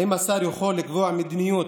האם השר יוכל לקבוע מדיניות